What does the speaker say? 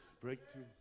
Breakthrough